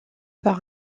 par